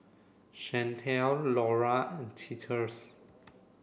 Shanelle Lolla and Titus